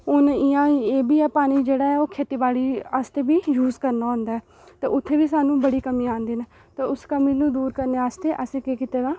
हून इ'यां एह् बी ऐ पानी जेह्ड़ा ऐ ओह् खेती बाड़ी आस्तै बीन यूज करना होंदा ऐ ते उत्थै बी स्हान्नूं बड़ी कमी औंदी ऐ ते उस कमी नूं दूर करने आस्तै असें केह् कीते दा